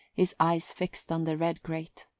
his eyes fixed on the red grate.